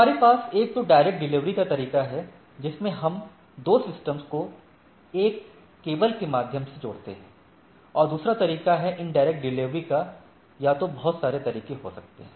हमारे पास एक तो डायरेक्ट डिलीवरी का तरीका है जिसमें हम दो सिस्टम को एक केबल के माध्यम से जोड़ते हैं और दूसरा तरीका है इनडायरेक्ट डिलीवरी का या तो बहुत सारे तरीके हो सकते हैं